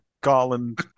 Garland